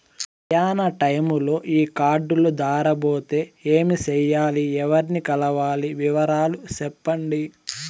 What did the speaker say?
ప్రయాణ టైములో ఈ కార్డులు దారబోతే ఏమి సెయ్యాలి? ఎవర్ని కలవాలి? వివరాలు సెప్పండి?